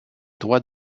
droits